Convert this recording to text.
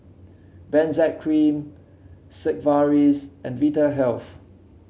Benzac Cream Sigvaris and Vitahealth